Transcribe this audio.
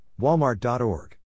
Walmart.org